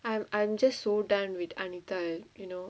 I'm I'm just so done with anita you know